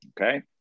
Okay